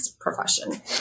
profession